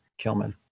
Kilman